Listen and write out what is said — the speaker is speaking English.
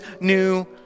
new